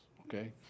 Okay